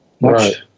Right